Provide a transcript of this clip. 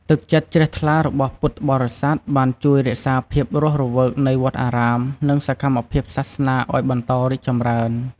ទឹកចិត្តជ្រះថ្លារបស់ពុទ្ធបរិស័ទបានជួយរក្សាភាពរស់រវើកនៃវត្តអារាម និងសកម្មភាពសាសនាឱ្យបន្តរីកចម្រើន។